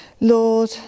Lord